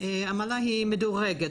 והעמלה היא מדורגת.